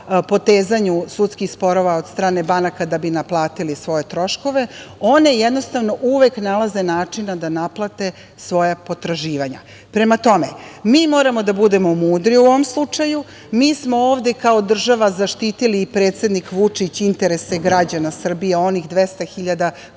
potezanju sudskih sporova od strane banaka da bi naplatili svoje troškove, one jednostavno uvek nalaze načina da naplate svoja potraživanja. Prema tome, mi moramo da budemo mudri u ovom slučaju. Mi smo ovde kao država zaštitili i predsednik Vučić interese građana Srbije, onih 200 hiljada